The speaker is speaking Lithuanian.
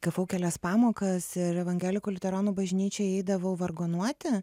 gavau kelias pamokas ir evangelikų liuteronų bažnyčioj eidavau vargonuoti